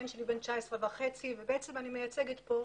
הבן שלי בן 19.5 ובעצם אני מייצגת כאן